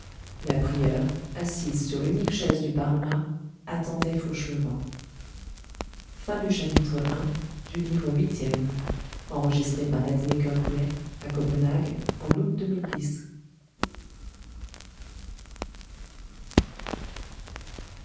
la prieure assise sur l'unique chaise du parloir attendait fauchelevent